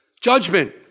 Judgment